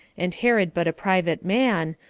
and herod but a private man,